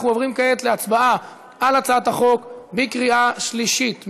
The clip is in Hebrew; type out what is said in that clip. אנחנו עוברים כעת להצבעה על הצעת החוק בקריאה שלישית.